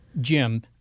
Jim